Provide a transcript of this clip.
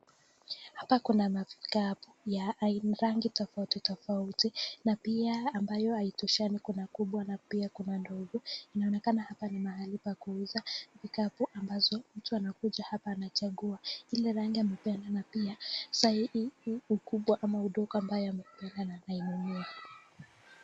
Hapa kuna vikapu ya aina rangi tofauti tofauti na pia ambayo haitoshani kuna kubwa na pia kuna ndogo. Inaonekana hapa ni mahali pa kuuza vikapu ambazo mtu anakuja hapa anachagua ile rangi amependa na pia saa hii ukubwa ama udogo ambayo amependa anainunua.